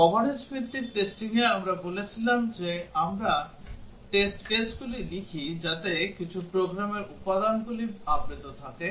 coverage ভিত্তিক টেস্টিংয়ে আমরা বলেছিলাম যে আমরা টেস্ট কেসগুলি লিখি যাতে কিছু প্রোগ্রামের উপাদানগুলি আবৃত থাকে